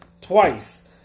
twice